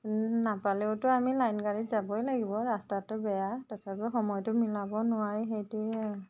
নাপালেওটো আমি লাইন গাড়ীত যাবই লাগিব ৰাস্তাটো বেয়া তথাপিও সময়টো মিলাব নোৱাৰি সেইটোহে আৰু